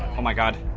oh my god